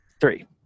three